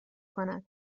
کند